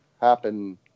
happen